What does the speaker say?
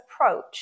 approach